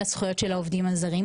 עובדים זרים,